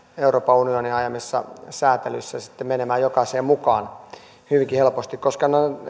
euroopan unionin ajamissa säätelyissä menemään jokaiseen mukaan hyvinkin helposti koska